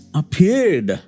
appeared